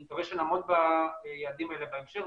אני מקווה שנעמוד ביעדים האלה בהמשך,